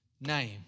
name